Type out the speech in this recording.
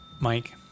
Mike